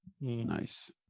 Nice